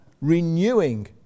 renewing